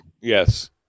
Yes